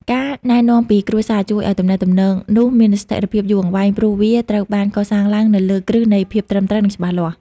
ការណែនាំពីគ្រួសារជួយឱ្យទំនាក់ទំនងនោះមានស្ថិរភាពយូរអង្វែង ព្រោះវាត្រូវបានកសាងឡើងនៅលើគ្រឹះនៃភាពត្រឹមត្រូវ និងច្បាស់លាស់។